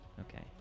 Okay